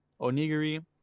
Onigiri